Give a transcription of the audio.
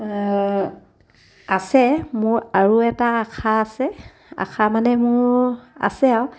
আছে মোৰ আৰু এটা আশা আছে আশা মানে মোৰ আছে আৰু